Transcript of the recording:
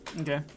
Okay